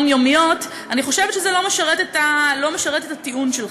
יומיומיות" אני חושבת שזה לא משרת את הטיעון שלך.